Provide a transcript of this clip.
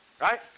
right